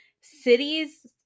cities